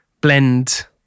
blend